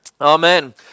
Amen